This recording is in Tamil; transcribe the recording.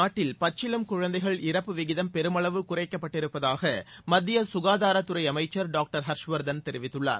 நாட்டில் பச்சிளம் குழந்தைகள் இறப்பு விகிதம் பெருமளவு குறைக்கப்பட்டிருப்பதாக மத்திய சுகாதாரத்துறை அமைச்சர் டாக்டர் ஹர்ஷ்வர்தன் தெரிவித்துள்ளார்